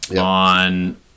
on